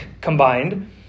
combined